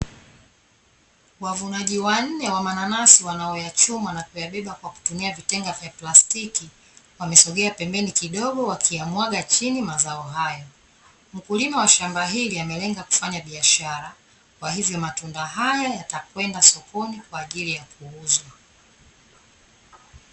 Wa vunaji wanne wa mananasi wanaoyachuma na kuyabeba kwa kutumia vitenga vya plastik, wamesogea pembeni kidogo wakiamuaga chini mazao haya, mkulima wa shamba hili amelenga kufanya biashara, kwa hivyo matunda hayo yatakwenda sokoni kwa ajili kuuzwa.